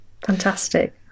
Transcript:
Fantastic